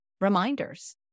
reminders